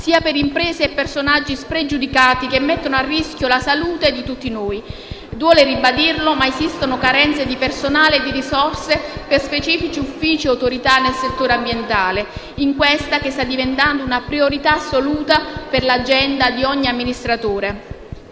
sia sulle imprese di personaggi spregiudicati che mettono a rischio la salute di tutti noi. Duole ribadirlo, ma esistono carenze di personale e di risorse per specifici uffici e autorità nel settore ambientale, in questa che sta diventando una priorità assoluta per l'agenda di ogni amministratore.